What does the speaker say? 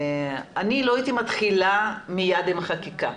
לא הייתי מתחילה מייד עם חקיקה,